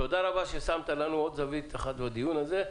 תודה רבה ששמת לנו עוד זווית אחת בדיון הזה.